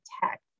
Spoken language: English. tech